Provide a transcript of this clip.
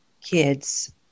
kids